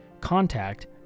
contact